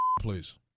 please